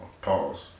Pause